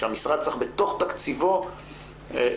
שהמשרד צריך בתוך תקציבו לייצר,